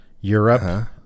Europe